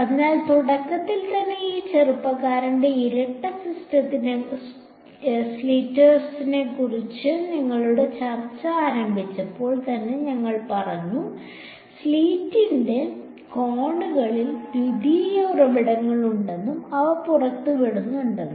അതിനാൽ തുടക്കത്തിൽ തന്നെ ഈ ചെറുപ്പക്കാരന്റെ ഇരട്ട സ്ലിറ്റിനെക്കുറിച്ചുള്ള ഞങ്ങളുടെ ചർച്ച ആരംഭിച്ചപ്പോൾ തന്നെ ഞങ്ങൾ പറഞ്ഞു സ്ലിറ്റിന്റെ കോണുകളിൽ ദ്വിതീയ ഉറവിടങ്ങളുണ്ടെന്നും അവ പുറത്തുവിടുന്നുണ്ടെന്നും